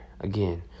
Again